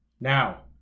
Now